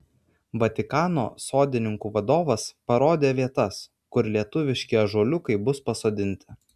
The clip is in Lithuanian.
vatikano sodininkų vadovas parodė vietas kur lietuviški ąžuoliukai bus pasodinti